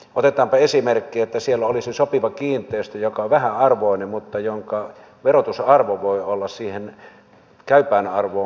otetaanpa esimerkki että siellä olisi jo sopiva kiinteistö joka on vähäarvoinen mutta jonka verotusarvo voi olla siihen käypään arvoon korkea